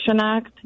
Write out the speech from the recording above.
Act